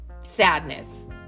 sadness